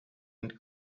and